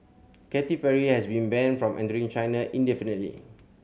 Katy Perry has been banned from entering China indefinitely